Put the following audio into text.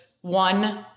one